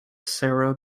sarah